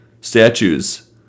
statues